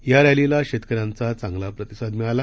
या रॅलीला शेतकऱ्यांचा चांगला प्रतिसाद मिळाला